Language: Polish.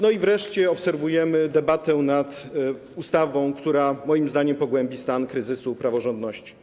No i wreszcie obserwujemy debatę nad ustawą, która moim zdaniem pogłębi stan kryzysu praworządności.